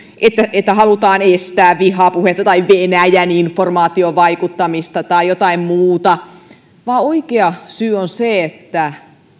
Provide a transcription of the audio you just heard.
että halutaan estää vihapuhetta tai venäjän informaatiovaikuttamista tai jotain muuta vaan oikea syy on se että